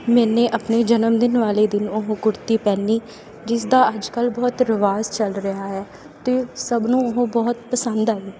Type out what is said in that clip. ਮੈਨੇ ਆਪਣੇ ਜਨਮਦਿਨ ਵਾਲੇ ਦਿਨ ਉਹ ਕੁੜਤੀ ਪਹਿਨੀ ਜਿਸ ਦਾ ਅੱਜ ਕੱਲ੍ਹ ਬਹੁਤ ਰਿਵਾਜ਼ ਚੱਲ ਰਿਹਾ ਹੈ ਅਤੇ ਸਭ ਨੂੰ ਉਹ ਬਹੁਤ ਪਸੰਦ ਆਈ